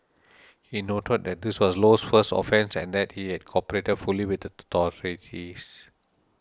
he noted that this was Low's first offence and that he had cooperated fully with the authorities